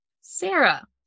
Sarah